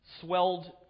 swelled